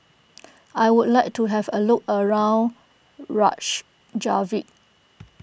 I would like to have a look around Reykjavik